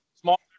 small